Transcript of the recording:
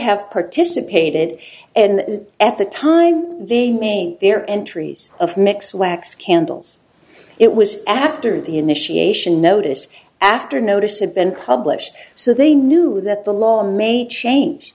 have participated in the at the time they made their entries of mick's wax candles it was after the initiation notice after notice had been published so they knew that the law i'm a change